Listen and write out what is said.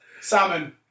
salmon